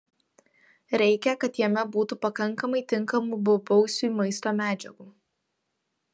reikia kad jame būtų pakankamai tinkamų bobausiui maisto medžiagų